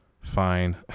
fine